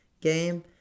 game